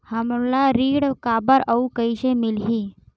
हमला ऋण काबर अउ कइसे मिलही?